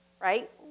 right